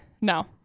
No